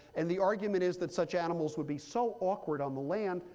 and the argument is that such animals would be so awkward on the land,